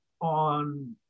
on